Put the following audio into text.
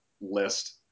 list